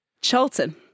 Charlton